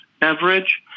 beverage